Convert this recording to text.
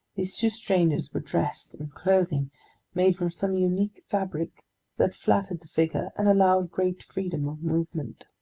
these two strangers were dressed in clothing made from some unique fabric that flattered the figure and allowed great freedom of movement.